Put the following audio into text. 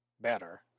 better